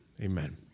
Amen